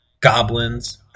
goblins